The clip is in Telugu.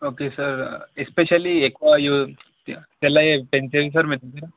ఓకే సార్ ఎస్పెషల్లీ ఎక్కువ యూస్ తెల్లవా పెన్సిల్ సార్ మీ దగ్గర